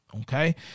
Okay